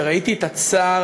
וראיתי את הצער,